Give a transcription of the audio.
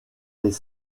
les